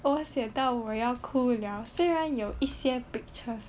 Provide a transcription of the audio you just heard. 我写到我要哭了虽然有一些 pictures